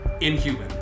inhuman